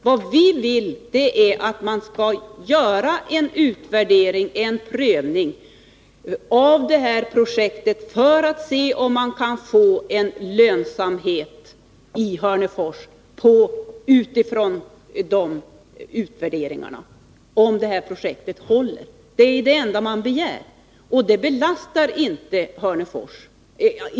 Vad vi vill är att man skall göra en prövning av projektet för att se om det går att få lönsamhet. Det är det enda man begär, och det belastar inte NCB.